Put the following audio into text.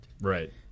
Right